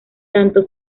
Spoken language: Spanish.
tanto